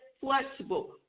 flexible